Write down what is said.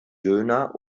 döner